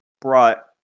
brought